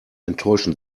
enttäuschen